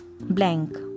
blank